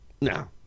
no